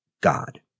God